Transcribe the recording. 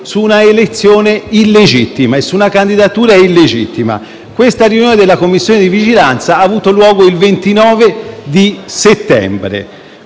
ad una votazione illegittima su una candidatura illegittima. Questa seduta della Commissione di vigilanza ha avuto luogo il 26 settembre,